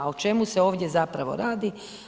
O čemu se ovdje zapravo radi?